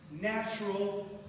natural